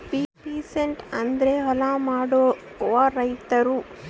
peasant ಅಂದ್ರ ಹೊಲ ಮಾಡೋ ರೈತರು